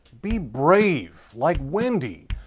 be brave like wendy.